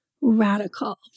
radical